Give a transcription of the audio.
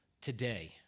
today